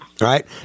right